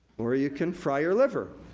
or you can fry your liver,